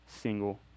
single